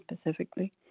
specifically